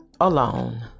alone